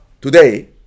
today